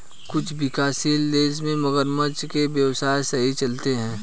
कुछ विकासशील देशों में मगरमच्छ के व्यवसाय सही चलते हैं